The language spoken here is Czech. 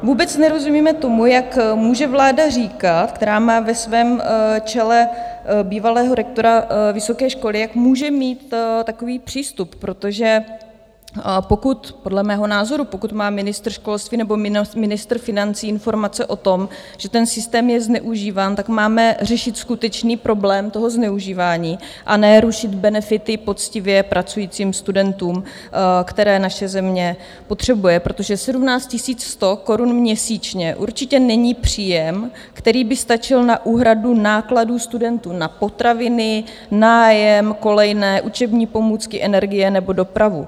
Vůbec nerozumíme tomu, jak může vláda říkat, která má ve svém čele bývalého rektora vysoké školy, jak může mít takový přístup, protože podle mého názoru, pokud má ministr školství nebo ministr financí informace o tom, že ten systém je zneužíván, tak máme řešit skutečný problém toho zneužívání a ne rušit benefity poctivě pracujícím studentům, které naše země potřebuje, protože 17 100 korun měsíčně určitě není příjem, který by stačil na úhradu nákladů studentů na potraviny, nájem, kolejné, učební pomůcky, energie nebo dopravu.